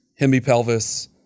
hemipelvis